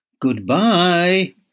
Goodbye